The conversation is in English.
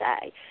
say